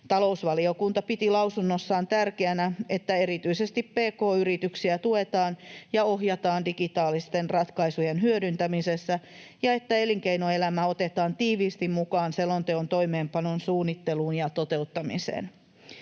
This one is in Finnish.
Talousvaliokunta piti lausunnossaan tärkeänä, että erityisesti pk-yrityksiä tuetaan ja ohjataan digitaalisten ratkaisujen hyödyntämisessä ja että elinkeinoelämä otetaan tiiviisti mukaan selonteon toimeenpanon suunnitteluun ja toteuttamiseen.